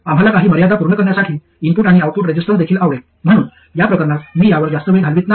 आम्हाला काही मर्यादा पूर्ण करण्यासाठी इनपुट आणि आउटपुट रेसिस्टन्स देखील आवडेल म्हणून या प्रकरणात मी यावर जास्त वेळ घालवित नाही